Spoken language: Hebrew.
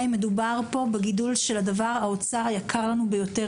מדובר פה בגידול של האוצר היקר לנו ביותר,